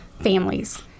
families